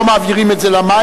לא מעבירות את זה למים,